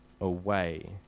away